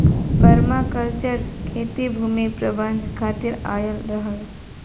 permaculture खेती भूमि प्रबंधन खातिर आयल रहल